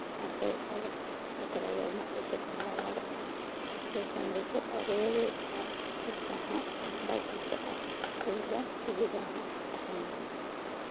ᱟᱨ ᱥᱚᱨᱠᱟᱨᱟᱜ ᱦᱟᱥᱯᱟᱛᱟᱞ ᱨᱮᱫᱚ ᱩᱱᱟᱹᱜ ᱯᱚᱭᱥᱟ ᱠᱚ ᱦᱚᱸ ᱵᱟᱭ ᱞᱟᱜᱟ ᱟ ᱟᱨ ᱵᱮᱥ ᱦᱚᱢ ᱵᱮᱥᱚᱜᱼᱟ ᱨᱩᱣᱟᱹ ᱜᱮ ᱟᱨ ᱠᱷᱚᱨᱪᱟ ᱦᱚᱸ ᱩᱱᱟᱹᱜ ᱵᱟᱭ ᱠᱷᱚᱨᱪᱟᱜᱼᱟ ᱥᱩᱨ ᱨᱮ ᱥᱩᱵᱤᱫᱟ ᱦᱚᱸ ᱛᱟᱦᱮᱱᱟ